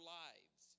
lives